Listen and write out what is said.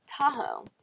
Tahoe